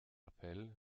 appell